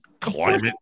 climate